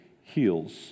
heals